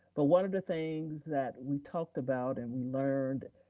but one of the things that we talked about and we learned,